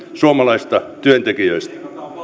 suomalaisista työntekijöistä